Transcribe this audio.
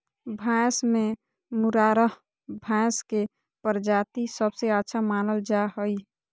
भैंस में मुर्राह भैंस के प्रजाति सबसे अच्छा मानल जा हइ